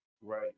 Right